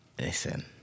Listen